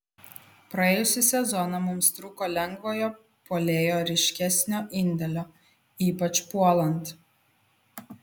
praėjusį sezoną mums trūko lengvojo puolėjo ryškesnio indėlio ypač puolant